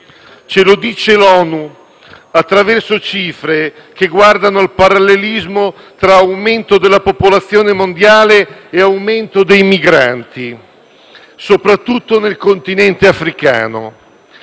Ce lo dice l'ONU, attraverso cifre che guardano al parallelismo tra aumento della popolazione mondiale e aumento dei migranti, soprattutto nel Continente africano.